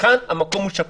וכאן המקום הוא שקוף,